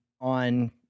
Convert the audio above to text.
on